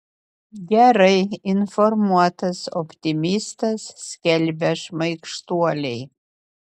gerai informuotas optimistas skelbia šmaikštuoliai